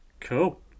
Cool